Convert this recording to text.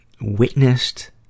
witnessed